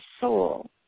soul